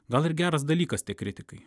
gal ir geras dalykas tie kritikai